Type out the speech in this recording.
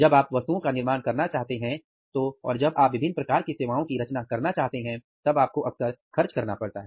जब आप वस्तुओं का निर्माण करना चाहते हैं तो और जब आप विभिन्न प्रकार की सेवाओं की रचना करना चाहते हैं तब आपको अक्सर खर्च करना पड़ता है